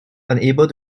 unable